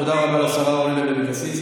תודה רבה לשרה אורלי לוי אבקסיס.